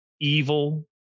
evil